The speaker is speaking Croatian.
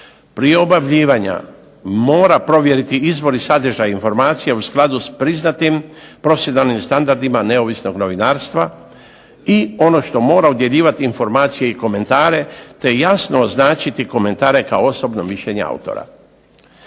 Prije objavljivanja mora provjeriti izvor i sadržaj informacija u skladu s priznatim profesionalnim standardima neovisnog novinarstva, i ono što mora …/Ne razumije se./… informacije i komentare, te jasno označiti komentare kao osobno mišljenje autora.